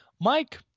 Mike